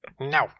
No